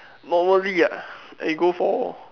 normally ah I go for